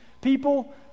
people